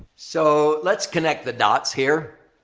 so, let's connect the dots here.